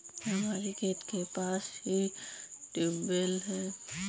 हमारे खेत के पास ही ट्यूबवेल है